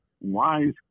wise